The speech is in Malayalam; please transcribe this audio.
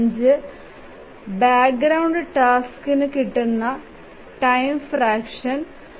5 ബാക്ക് ഗ്രൌണ്ട് ടാസ്ക് കിട്ടുന്ന ടൈം ഫ്രാക്ഷൻ 0